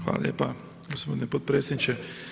Hvala lijepa gospodine potpredsjedniče.